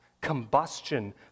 combustion